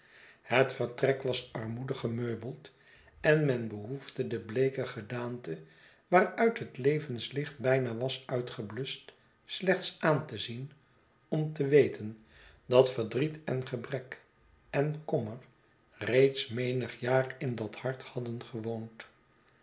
het vertrek was armoedig gemeubeld en men behoefde de bleeke gedaante waaruit het levenslicht bijna was uitgebluscht slechts aan te zien om te weten dat verdriet en gebrek en kommer reeds menig jaar in dat hart hadden gewoond